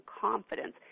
confidence